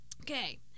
Okay